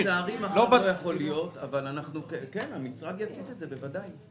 לצערי מחר אני לא יכול להיות כאן אבל המשרד יציג את זה בוודאי.